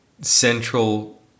central